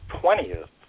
twentieth